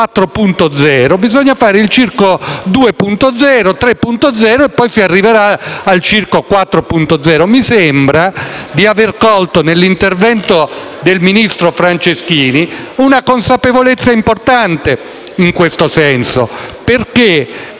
4.0, bisogna fare il circo 2.0, 3.0 e poi si arriverà al 4.0. Mi sembra di aver colto nell'intervento del ministro Franceschini una consapevolezza importante in questo senso, perché